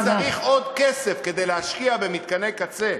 אם צריך עוד כסף כדי להשקיע במתקני קצה,